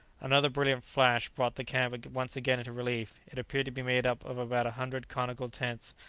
another brilliant flash brought the camp once again into relief it appeared to be made up of about a hundred conical tents,